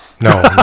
No